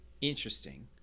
Interesting